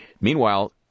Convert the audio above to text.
Meanwhile